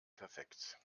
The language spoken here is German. perfekt